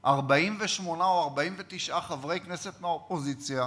48 או 49 חברי כנסת מהאופוזיציה,